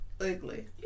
ugly